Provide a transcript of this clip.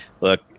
look